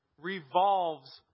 revolves